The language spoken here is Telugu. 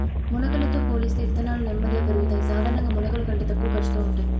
మొలకలతో పోలిస్తే ఇత్తనాలు నెమ్మదిగా పెరుగుతాయి, సాధారణంగా మొలకల కంటే తక్కువ ఖర్చుతో ఉంటాయి